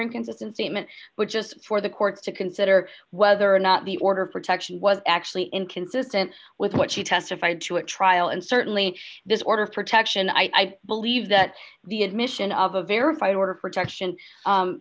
inconsistent statement but just for the courts to consider whether or not the order of protection was actually inconsistent with what she testified to a trial and certainly this order of protection i believe that the admission of a verified order of protection